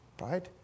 right